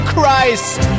Christ